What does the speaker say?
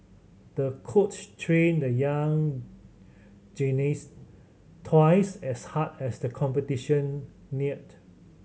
the coach trained the young gymnast twice as hard as the competition neared